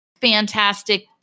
fantastic